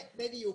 בדיוק.